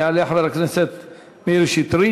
יעלה חבר הכנסת מאיר שטרית,